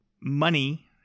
money